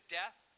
death